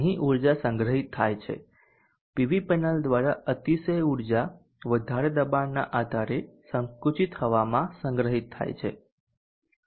અહીં ઊર્જા સંગ્રહિત થાય છે પીવી પેનલ દ્વારા અતિશય ઉર્જા વધારે દબાણના આધારે સંકુચિત હવામાં સંગ્રહિત કરવામાં આવે છે